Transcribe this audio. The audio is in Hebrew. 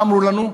מה אמרו לנו?